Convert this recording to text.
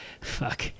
fuck